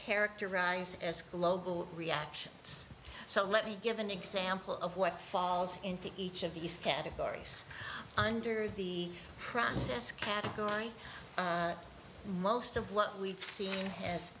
characterize as global reactions so let me give an example of what falls into each of these categories under the process category most of what we've seen has